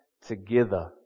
Together